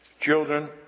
Children